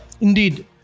Indeed